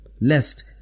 lest